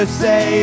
say